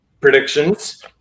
predictions